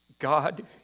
God